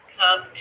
come